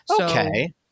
Okay